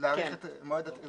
את מועד ---.